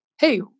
Hey